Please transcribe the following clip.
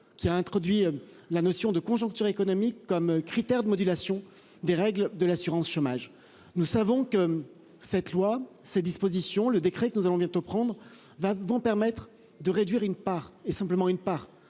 qui a introduit la notion de conjoncture économique comme critère de modulation des règles de l'assurance chômage. Nous savons que cette loi, ces dispositions le décret que nous allons bientôt prendre va vont permettre de réduire une part et simplement une part